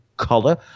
color